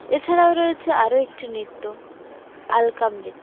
এছাড়াও রয়েছে আরও একটি নৃত্য আলকাম নৃত্য